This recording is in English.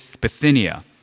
Bithynia